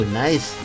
nice